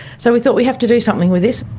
so we thought we have to do something with this.